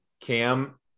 Cam